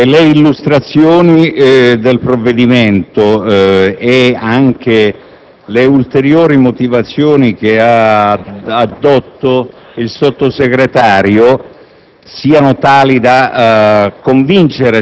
Presidente, prendiamo atto che il provvedimento in esame si conforma ad una sentenza della Corte di giustizia delle Comunità europee che impone all'Italia l'abrogazione delle leggi n. 301 del 2001